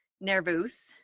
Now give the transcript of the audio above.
nervous